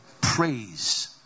praise